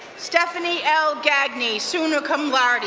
stephanie l. gagne, summa cum laude,